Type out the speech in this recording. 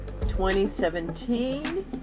2017